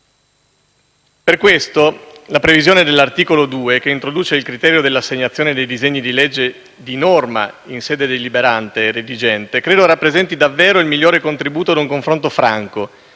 Per questo, la previsione dell'articolo 2, che introduce il criterio dell'assegnazione dei disegni di legge di norma in sede deliberante e redigente rappresenta davvero il migliore contributo in un confronto franco,